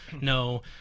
no